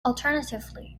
alternatively